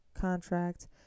contract